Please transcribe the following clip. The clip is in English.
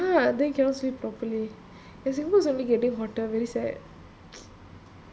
ya then cannot sleep properly ya singapore is only getting hotter very sad